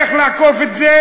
איך לעקוף את זה?